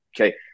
Okay